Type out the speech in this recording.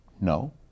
no